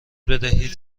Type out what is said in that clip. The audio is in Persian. بدهید